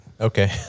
Okay